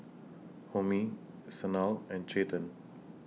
Homi Sanal and Chetan